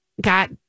Got